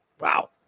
Wow